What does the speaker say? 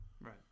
Right